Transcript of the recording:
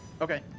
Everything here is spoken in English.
Okay